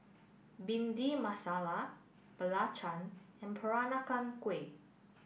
Bhindi Masala Belacan and Peranakan Kueh